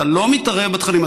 אתה לא מתערב בתכנים,